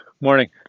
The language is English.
Morning